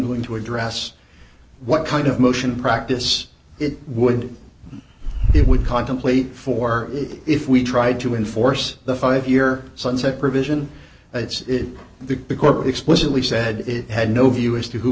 going to address what kind of motion practice it would it would contemplate for if we tried to enforce the five year sunset provision it's the big corporate explicitly said it had no view as to who